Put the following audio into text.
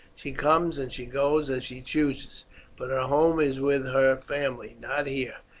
she comes and she goes as she chooses but her home is with her family, not here.